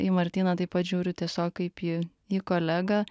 į martyną taip pat žiūriu tiesiog kaip į į kolegą